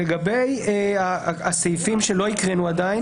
לגבי הסעיפים שלא הקראנו עדיין,